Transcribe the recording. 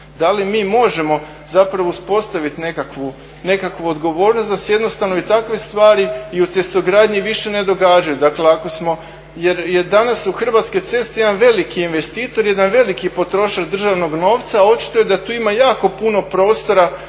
Da li možemo uspostaviti nekakvu odgovornost da se jednostavno i takve stvari i u cestogradnji više ne događaju. Jer su danas hrvatske ceste jedan veliki investitor, jedan veliki potrošač državnog novca, a očito je da tu ima jako puno prostora